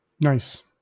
Nice